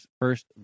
first